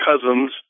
cousins